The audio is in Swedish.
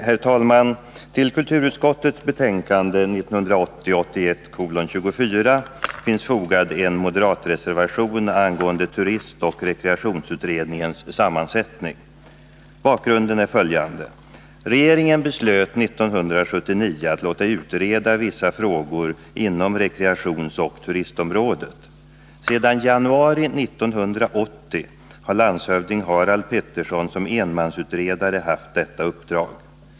Herr talman! Till kulturutskottets betänkande 1980/81:24 finns fogad en moderatreservation angående turistoch rekreationsutredningens sammansättning. Bakgrunden är följande: Regeringen beslöt 1979 att låta utreda vissa frågor inom rekreationsoch turistområdet. Sedan januari 1980 har landshövding Harald Pettersson som enmansutredare haft detta uppdrag.